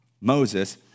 Moses